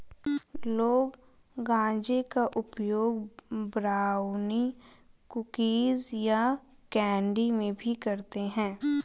लोग गांजे का उपयोग ब्राउनी, कुकीज़ या कैंडी में भी करते है